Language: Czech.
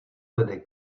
vede